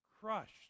crushed